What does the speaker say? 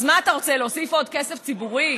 אז מה אתה רוצה, להוסיף עוד כסף ציבורי?